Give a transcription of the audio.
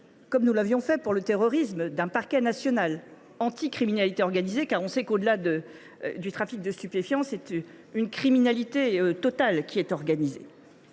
ce que nous avions prévu pour le terrorisme, d’un parquet national anti criminalité organisée (Pnaco). Au delà du trafic de stupéfiants, c’est une criminalité totale qui est organisée.